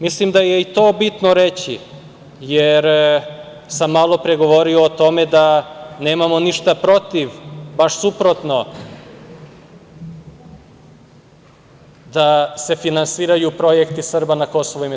Mislim da je i to bitno reći, jer sam malo pre govorio o tome da nemamo ništa protiv, baš suprotno, da se finansiraju projekti Srba na KiM.